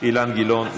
אילן גילאון,